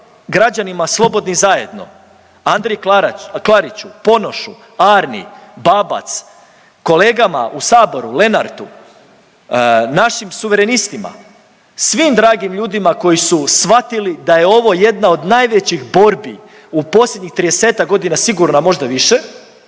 građanima slobodni zajedno, Andriji Klariću, Ponošu, Arni, Babac, kolegama u saboru Lenartu, našim Suverenistima, svim dragim ljudima koji shvatili da je ovo jedna od najvećih borbi u posljednjih 30-ak godina sigurno, a možda i više